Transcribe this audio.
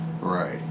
right